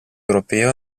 europeo